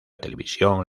televisión